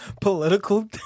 Political